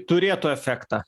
turėtų efektą